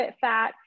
fat